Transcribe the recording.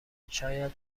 شاید